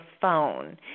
phone